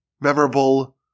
memorable